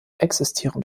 existieren